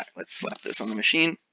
like let's slap this on the machine.